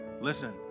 Listen